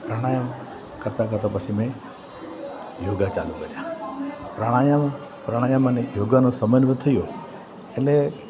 પ્રાણાયામ કરતાં કરતાં પછી મેં યોગા ચાલુ કર્યા પ્રાણાયામ પ્રાણાયામ અને યોગાનો સમન્વય થયો એટલે